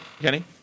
Kenny